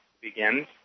begins